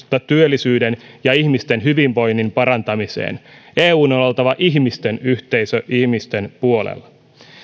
työllisyyden ja ihmisten hyvinvoinnin parantamiseen eun on oltava ihmisten yhteisö ihmisten puolella